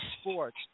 Sports